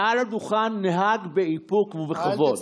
מעל הדוכן נהג באיפוק ובכבוד.